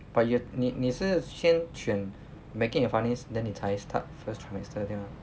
but you have 你你是先选 banking and finance then 你才 start first trimester 对吗